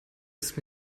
ist